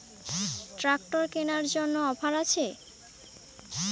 Tractor কেনার জন্য offer আছে?